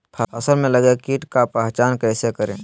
फ़सल में लगे किट का पहचान कैसे करे?